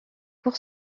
pour